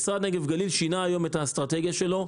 המשרד לפיתוח הנגב והגליל שינה את האסטרטגיה שלו.